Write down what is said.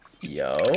Yo